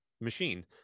machine